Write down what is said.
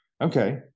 Okay